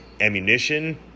ammunition